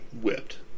whipped